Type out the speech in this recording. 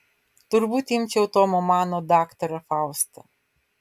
turbūt imčiau tomo mano daktarą faustą